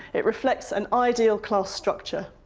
it reflects an ideal class structure,